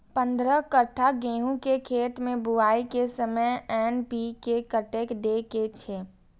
पंद्रह कट्ठा गेहूं के खेत मे बुआई के समय एन.पी.के कतेक दे के छे?